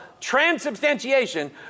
transubstantiation